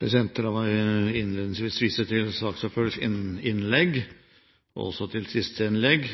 La meg innledningsvis vise til saksordførerens innlegg, og også til siste innlegg,